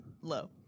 low